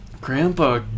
Grandpa